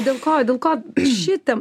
dėl ko dėl ko šitam